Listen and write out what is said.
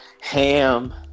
Ham